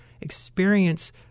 experience